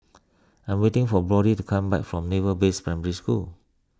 I am waiting for Brody to come back from Naval Base Primary School